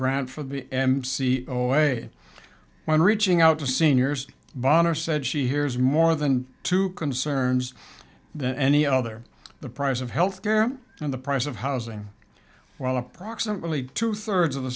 grant for the m c a away when reaching out to seniors baan or said she hears more than two concerns than any other the price of health care and the price of housing while approximately two thirds of the